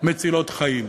מצילות חיים.